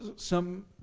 some,